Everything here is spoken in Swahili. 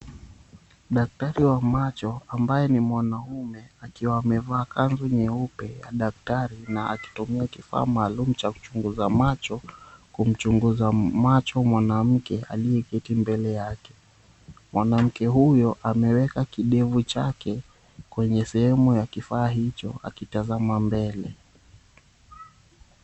Daktari wa macho ambaye ni mwanaume akiwa amevaa kanzu nyeupe ya daktari na akitumia kifaa maalum cha kuchunguza macho kumchunguza macho mwanamke aliyeketi mbele yake. Mwanamke huyo ameweka kidevu chake kwenye sehemu ya kifaa hicho akitazama mbele.